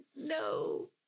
No